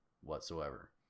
whatsoever